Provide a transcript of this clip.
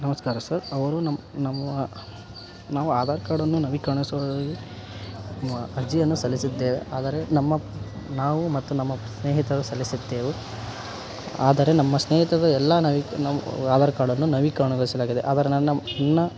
ನಮಸ್ಕಾರ ಸರ್ ಅವರು ನಮ್ಮ ನಮ್ಮ ನಾವು ಆಧಾರ್ ಕಾರ್ಡನ್ನು ನವೀಕರಣಿಸುವ ಮ ಅರ್ಜಿಯನ್ನು ಸಲ್ಲಿಸಿದ್ದೇವೆ ಆದರೆ ನಮ್ಮ ನಾವು ಮತ್ತು ನಮ್ಮ ಸ್ನೇಹಿತರು ಸಲ್ಲಿಸಿದ್ದೆವು ಆದರೆ ನಮ್ಮ ಸ್ನೇಹಿತರದ್ದು ಎಲ್ಲಾ ನವಿ ನಮ್ಮ ಆಧಾರ್ ಕಾರ್ಡನ್ನು ನವೀಕರಣಗೊಳಿಸಲಾಗಿದೆ ಆದರೆ ನನ್ನ ನನ್ನ